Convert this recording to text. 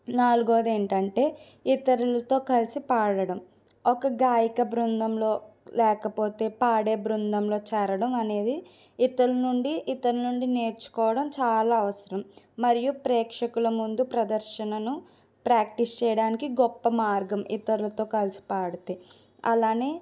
నాలుగవది ఏంటంటే ఇతరులతో కలిసి పాడటం ఒక గాయక బృందంలో లేకపోతే పాడే బృందంలో చేరటం అనేది ఇతరుల నుండి ఇతరుల నుండి నేర్చుకోవడం చాలా అవసరం మరియు ప్రేక్షకుల ముందు ప్రదర్శనను ప్రాక్టీస్ చేయడానికి గొప్ప మార్గం ఇతరులతో కలిసి పాడితే అలానే